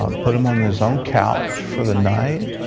um put him on his own couch for the night.